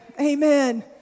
Amen